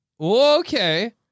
Okay